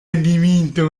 adibito